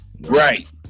Right